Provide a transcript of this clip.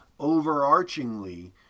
overarchingly